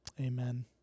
Amen